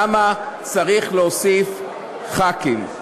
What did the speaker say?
למה צריך להוסיף ח"כים.